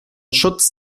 schutz